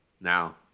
Now